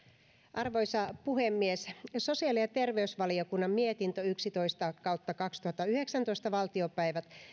arvoisa puhemies sosiaali ja terveysvaliokunnan mietintö yksitoista kautta kaksituhattayhdeksäntoista valtiopäivät